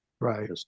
Right